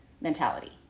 mentality